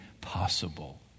possible